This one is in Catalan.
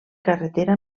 carretera